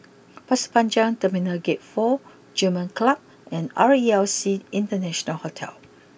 Pasir Panjang Terminal Gate four German Club and R E L C International Hotel